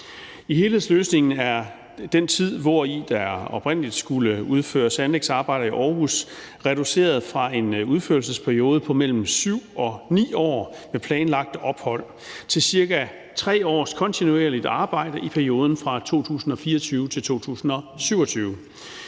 I helhedsløsningen er den tid, hvori der oprindelig skulle udføres anlægsarbejder i Aarhus, reduceret fra en udførelsesperiode på mellem 7 og 9 år med planlagte ophold til ca. 3 års kontinuerligt arbejde i perioden fra 2024 til 2027.